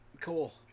Cool